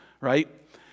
right